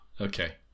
okay